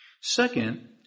Second